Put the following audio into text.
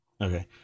Okay